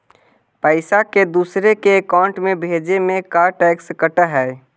पैसा के दूसरे के अकाउंट में भेजें में का टैक्स कट है?